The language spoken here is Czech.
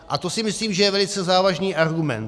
A to si myslím, že je velice závažný argument.